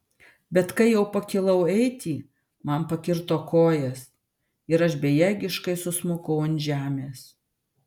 bet kai jau pakilau eiti man pakirto kojas ir aš bejėgiškai susmukau ant žemės